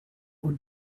would